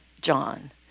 John